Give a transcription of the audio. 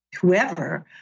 whoever